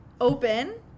open